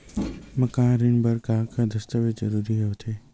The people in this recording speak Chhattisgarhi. मकान ऋण बर का का दस्तावेज लगथे?